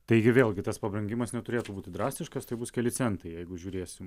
taigi vėlgi tas pabrangimas neturėtų būti drastiškas tai bus keli centai jeigu žiūrėsim